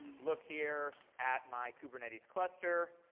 look here at my kubernetes cluster.